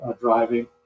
driving